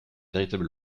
véritable